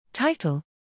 Title